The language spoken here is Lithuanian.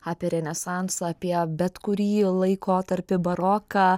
apie renesansą apie bet kurį laikotarpį baroką